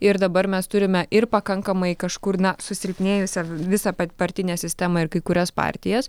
ir dabar mes turime ir pakankamai kažkur na susilpnėjusią visą partinę sistemą ir kai kurias partijas